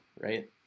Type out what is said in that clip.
right